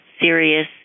serious